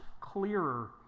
clearer